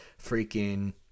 freaking